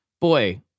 boy